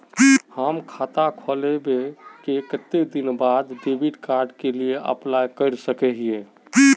हम खाता खोलबे के कते दिन बाद डेबिड कार्ड के लिए अप्लाई कर सके हिये?